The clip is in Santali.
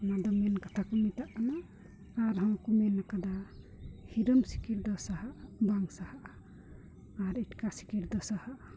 ᱚᱱᱟᱫᱚ ᱢᱮᱱ ᱠᱟᱛᱷᱟ ᱠᱚ ᱢᱮᱛᱟᱜ ᱠᱟᱱᱟ ᱟᱨᱦᱚᱸ ᱠᱚ ᱢᱮᱱ ᱠᱟᱫᱟ ᱦᱤᱨᱚᱢ ᱥᱤᱠᱤᱲ ᱫᱚ ᱥᱟᱦᱟᱜᱼᱟ ᱵᱟᱝ ᱥᱟᱦᱟᱜᱼᱟ ᱟᱨ ᱮᱛᱠᱟ ᱥᱤᱠᱤᱲ ᱫᱚ ᱥᱟᱦᱟᱜᱼᱟ